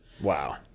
Wow